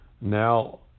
now